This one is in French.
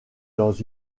dans